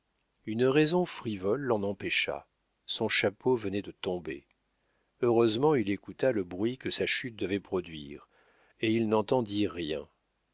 une raison frivole l'en empêcha son chapeau venait de tomber heureusement il écouta le bruit que sa chute devait produire et il n'entendit rien